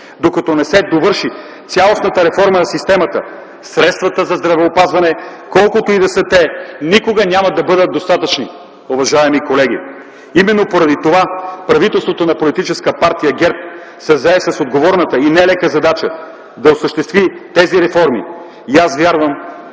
докато не се довърши цялостната реформа на системата, средствата за здравеопазване, колкото и да са те, никога няма да бъдат достатъчни. Уважаеми колеги, именно поради това, правителството на Политическа партия ГЕРБ се зае с отговорната и нелека задача, да осъществи тези реформи! Аз вярвам,